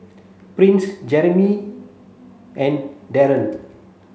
Prince Jeramy and Dereon